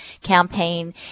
campaign